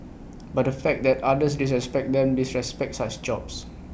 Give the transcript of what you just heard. but the fact that others disrespect them disrespect such jobs